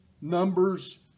Numbers